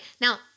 Now